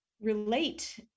relate